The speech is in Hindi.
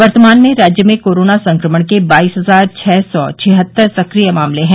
वर्तमान में राज्य में कोरोना संक्रमण के बाईस हजार छह सौ छिहत्तर सक्रिय मामले हैं